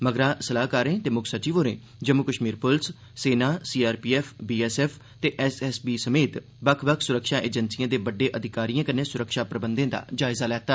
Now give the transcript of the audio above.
मगरा सलाह्कारें ते मुक्ख सचिव होरें जम्मू कष्मीर पुलस सेना सीआरपीएफ बीएसएफ ते एसएसबी समेत बक्ख बक्ख सुरक्षा एजेंसिएं दे बड्डे अधिकारिएं कन्नै सुरक्षा प्रबंधें दा जायजा लैता